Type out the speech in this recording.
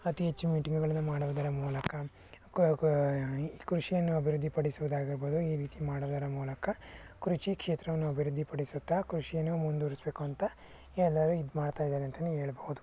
ಅತಿ ಹೆಚ್ಚು ಮೀಟಿಂಗ್ಗಳನ್ನು ಮಾಡುವುದರ ಮೂಲಕ ಕೃಷಿಯನ್ನು ಅಭಿವೃದ್ಧಿ ಪಡಿಸುವುದಾಗಿರ್ಬೋದು ಈ ರೀತಿ ಮಾಡೋದರ ಮೂಲಕ ಕೃಷಿ ಕ್ಷೇತ್ರವನ್ನು ಅಭಿವೃದ್ಧಿ ಪಡಿಸುತ್ತಾ ಕೃಷಿಯನ್ನು ಮುಂದುವರಿಸಬೇಕು ಅಂತ ಎಲ್ಲರೂ ಇದು ಮಾಡ್ತಾಯಿದ್ದಾರೆ ಅಂತಲೇ ಹೇಳ್ಬೋದು